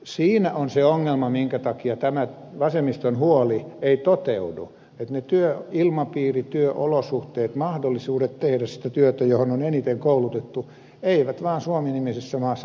siinä on se ongelma minkä takia tämä vasemmiston huoli ei toteudu että työilmapiiri työolosuhteet mahdollisuudet tehdä sitä työtä johon on eniten koulutettu eivät vaan suomi nimisessä maassa toteudu